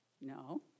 No